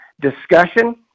discussion